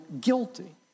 guilty